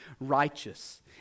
righteous